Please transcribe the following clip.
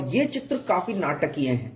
और ये चित्र काफी नाटकीय हैं